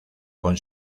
con